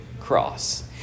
cross